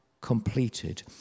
completed